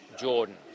Jordan